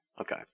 Okay